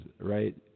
right